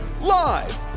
Live